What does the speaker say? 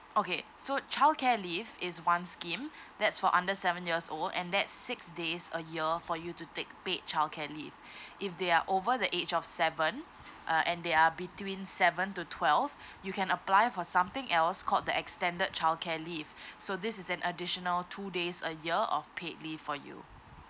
okay so childcare leave is one scheme that's for under seven years old and there's six days a year for you to take paid childcare leave if they are over the age of seven uh and they are between seven to twelve you can apply for something else called the extended childcare leave so this is an additional two days a year of paid leave for you